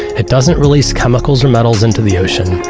it doesn't release chemicals or metals into the ocean,